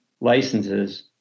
licenses